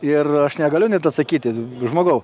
ir aš negaliu net atsakyti žmogau